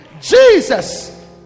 jesus